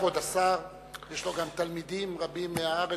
כבוד השר, יש גם תלמידים רבים מהארץ